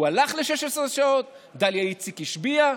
הוא הלך ל-16 שעות, דליה איציק השביעה,